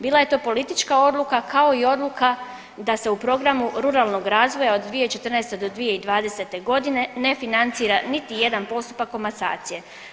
Bila je to politička odluka kao i odluka da se u programu ruralnog razvoja od 2014. do 2020. godine ne financira niti jedan postupak komasacije.